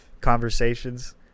Conversations